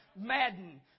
Madden